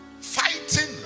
fighting